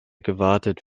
gewartet